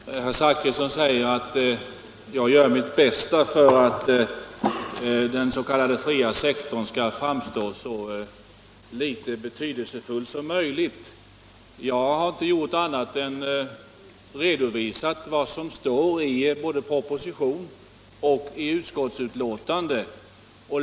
Herr talman! Herr Zachrisson säger att jag gör mitt bästa för att den s.k. fria sektorn skall framstå som så betydelselös som möjligt. Jag har inte gjort annat än redovisat vad som står i proposition och utskottsbetänkande.